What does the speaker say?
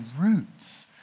roots